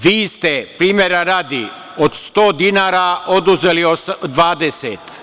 Vi ste, primera radi, od 100 dinara oduzeli 20.